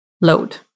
load